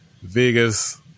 vegas